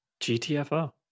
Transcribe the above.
GTFO